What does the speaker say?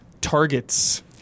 Targets